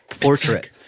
Portrait